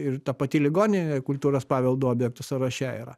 ir ta pati ligoninė kultūros paveldo objektų sąraše yra